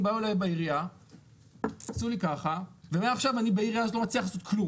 באו אליי מהעירייה ועשו לי ככה ומעכשיו אני בעירייה הזאת לא מצליח כלום,